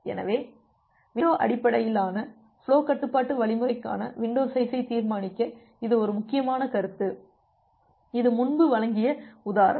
எனவே வின்டோ அடிப்படையிலான ஃபுலோ கட்டுப்பாட்டு வழிமுறைக்கான வின்டோ சைஸை தீர்மானிக்க இது ஒரு முக்கியமான கருத்து இது முன்பு வழங்கிய உதாரணம்